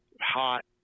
hot